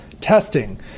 testing